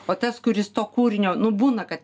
o tas kuris to kūrinio nu būna kad